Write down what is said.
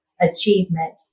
achievement